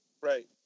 Right